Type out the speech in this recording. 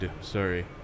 Sorry